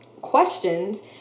questions